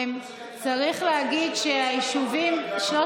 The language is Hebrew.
איך הגעתם להסכמות לפני שהגעתם,